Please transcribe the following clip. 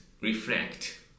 reflect